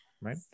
right